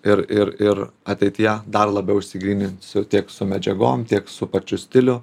ir ir ir ateityje dar labiau išsigryninsiu tiek su medžiagom tiek su pačiu stiliu